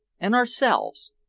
and ourselves!